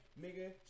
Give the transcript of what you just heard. nigga